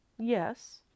Yes